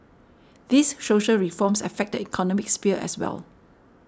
these social reforms affect the economic sphere as well